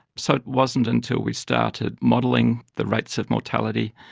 so it wasn't until we started modelling the rates of mortality,